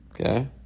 Okay